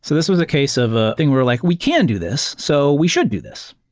so this was a case of a thing where like, we can do this. so we should do this,